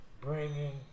bringing